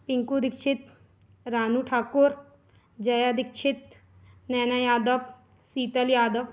Pinku Dikshit Ranu Thakur Jaya Dikshit Naina Yadav Sheetal Yadav